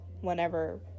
whenever